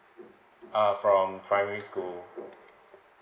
uh from primary school